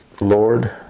Lord